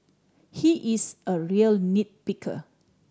he is a real nit picker